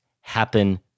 happen